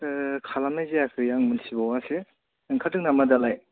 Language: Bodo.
खालामनाय जायाखै आं मोनथिबावासो ओंखारदों नामा दालाय